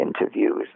interviews